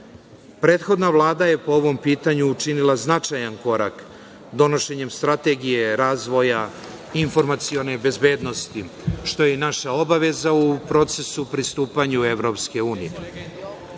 nivou. Prethodna vlada je, po ovom pitanju, učinila značajan korak donošenjem Strategije razvoja informacione bezbednosti, što je i naša obaveza u procesu pristupanja EU. Verujemo